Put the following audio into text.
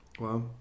Wow